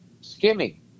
skimming